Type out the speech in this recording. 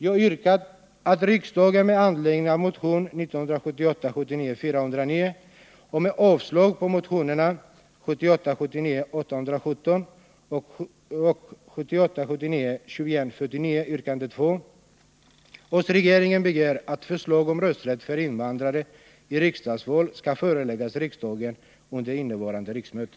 Jag yrkar att riksdagen med anledning av motion 1978 79:817 och 1978/79:2149 yrkande 2 hos regeringen begär att förslag om rösträtt för invandrare i riksdagsval skall föreläggas riksdagen under innevarande riksmöte.